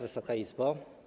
Wysoka Izbo!